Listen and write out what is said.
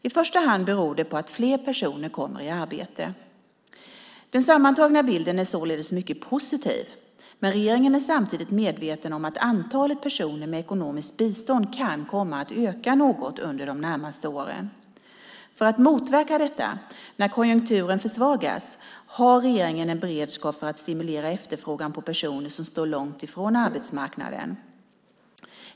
I första hand beror det på att fler personer kommer i arbete. Den sammantagna bilden är således mycket positiv, men regeringen är samtidigt medveten om att antalet personer med ekonomiskt bistånd kan komma att öka något under de närmaste åren. För att motverka detta, när konjunkturen försvagas, har regeringen en beredskap för att stimulera efterfrågan på personer som står långt från arbetsmarknaden.